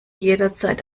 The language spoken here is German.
jederzeit